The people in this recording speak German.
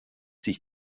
sich